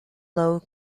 lowe